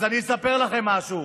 אז אני אספר לך משהו.